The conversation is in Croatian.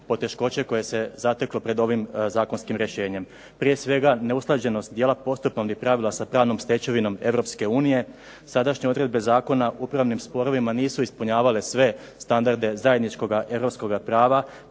poteškoće koje se zateklo pred ovim zakonskim rješenjem. Prije svega neusklađenost dijela postupovnih pravila sa pravnom stečevinom EU. Sadašnje odredbe Zakona o upravnim sporovima nisu ispunjavale sve standarde zajedničkoga europskoga prava